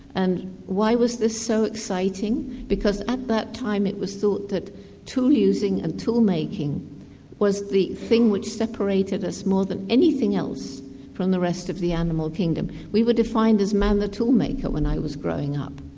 and why was this so exciting? because at that time it was thought that tool-using and tool-making was the thing which separated us more than anything else from the rest of the animal kingdom. we were defined as man, the tool-maker' when i was growing up.